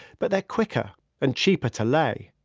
but they're quicker and cheaper to lay.